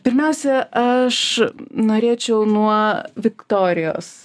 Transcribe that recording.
pirmiausia aš norėčiau nuo viktorijos